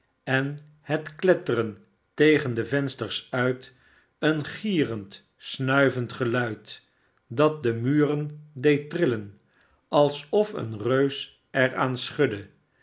en het kletteren tegen de vensters uit een gierend snuivend geluid dat de muren deed trillen alsof een reus er aan schudde